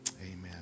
amen